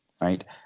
right